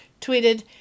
tweeted